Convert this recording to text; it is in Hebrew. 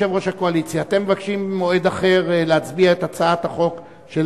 אתם מבקשים מועד אחר להצביע על הצעת החוק של